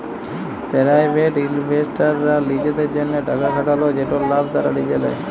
private ইলভেস্টাররা লিজেদের জ্যনহে টাকা খাটাল যেটর লাভ তারা লিজে লেই